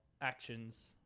actions